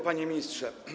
Panie Ministrze!